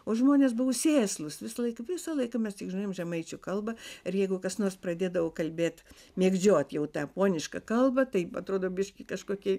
o žmonės buvo sėslūs visąlaik visą laiką mes žinojom žemaičių kalbą ir jeigu kas nors pradėdavo kalbėt mėgdžiot jau tą ponišką kalbą tai atrodo biškį kažkokie